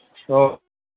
تو